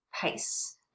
pace